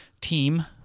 team